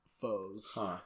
foes